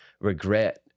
regret